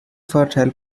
fertile